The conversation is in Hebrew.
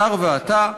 השר ואתה,